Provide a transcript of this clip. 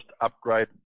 upgrade